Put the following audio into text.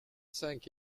cinq